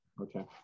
okay